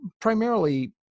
primarily